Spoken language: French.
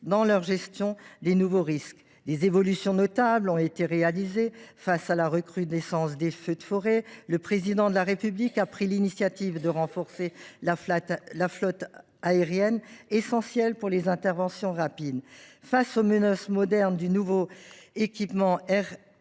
dans leur gestion des nouveaux risques. Des évolutions notables ont été réalisées. Face à la recrudescence des feux de forêt, le Président de la République a pris l’initiative de renforcer la flotte aérienne, essentielle pour les interventions rapides. Face aux menaces modernes, de nouveaux équipements